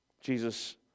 Jesus